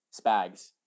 spags